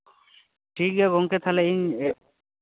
ᱴᱷᱤᱠ ᱜᱮᱭᱟ ᱜᱳᱢᱠᱮ ᱛᱟᱦᱞᱮ ᱤᱧ